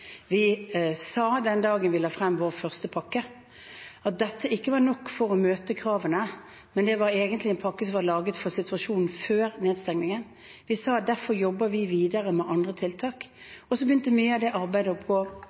Vi sa den dagen vi la frem vår første pakke, at dette ikke var nok for å møte kravene, det var egentlig en pakke som var laget for situasjonen før nedstengingen. Vi sa at vi derfor jobbet videre med andre tiltak. Så begynte mye av det arbeidet